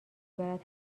برد